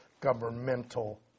governmental